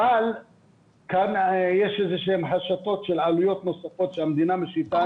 אבל כאן יש איזה שהן השתות של עלויות נוספות שהמדינה משיתה עלינו.